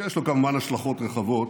שיש לו כמובן השלכות רחבות,